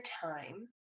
time